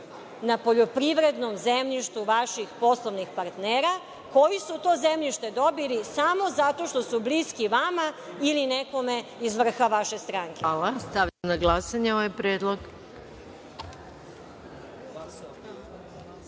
na poljoprivrednom zemljištu vaših poslovnik partnera, koji su to zemljište dobili samo zato što su bliski vama ili nekome iz vrha vaše stranke. **Maja Gojković** Hvala. Stavljam na glasanje ovaj